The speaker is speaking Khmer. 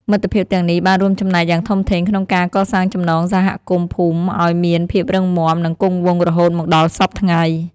មិត្តភាពទាំងនេះបានរួមចំណែកយ៉ាងធំធេងក្នុងការកសាងចំណងសហគមន៍ភូមិឲ្យមានភាពរឹងមាំនិងគង់វង្សរហូតមកដល់សព្វថ្ងៃ។